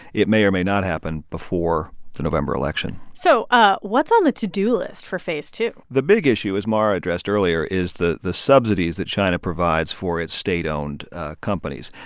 it may or may not happen before the november election so ah what's on the to-do list for phase two? the big issue, as mara addressed earlier, is the the subsidies that china provides for its state-owned companies,